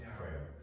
prayer